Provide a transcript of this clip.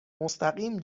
مستقیم